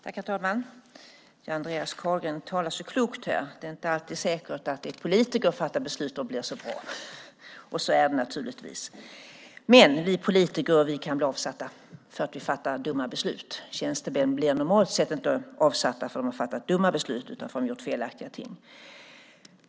Herr talman! Andreas Carlgren talar så klokt här: Det är inte alltid säkert att det som politiker fattar beslut om blir så bra. Så är det naturligtvis, men vi politiker kan bli avsatta för att vi fattar dumma beslut. Tjänstemän blir normalt sett inte avsatta för att de har fattat dumma beslut utan för att de gjort felaktiga ting.